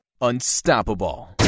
unstoppable